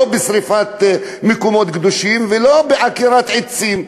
בשרפת מקומות קדושים ולא בעקירת עצים,